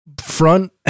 front